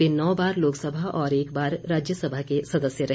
वे नौ बार लोकसभा और एक बार राज्य सभा के सदस्य रहे